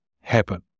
happen